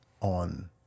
on